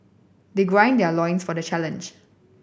they gird their loins for the challenge